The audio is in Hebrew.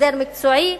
הסדר מקצועי,